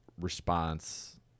response